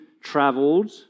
traveled